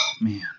man